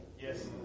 Yes